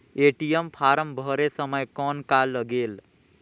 ATM form भरे समय कौन का लगेल?